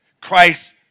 Christ